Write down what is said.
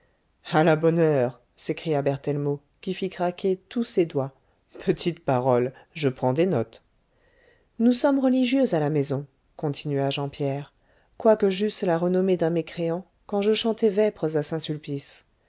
a la bonne heure s'écria berthellemot qui fit craquer tous ses doigts petite parole je prends des notes nous sommes religieux à la maison continua jean pierre quoique j'eusse la renommée d'un mécréant quand je chantais vêpres à saint-sulpice